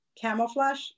Camouflage